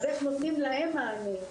אז איך נותנים להם מענים.